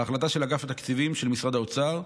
ההחלטה של אגף התקציבים ושל משרד האוצר,